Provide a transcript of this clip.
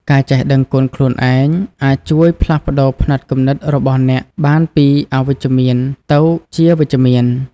ការចេះដឹងគុណខ្លួនឯងអាចជួយផ្លាស់ប្ដូរផ្នត់គំនិតរបស់អ្នកបានពីអវិជ្ជមានទៅជាវិជ្ជមាន។